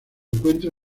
encuentra